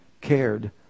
cared